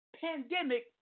pandemic